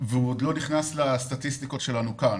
והוא עוד לא נכנס לסטטיסטיקות שלנו כאן.